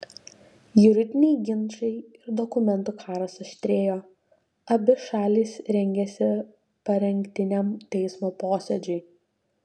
juridiniai ginčai ir dokumentų karas aštrėjo abi šalys rengėsi parengtiniam teismo posėdžiui